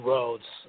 Roads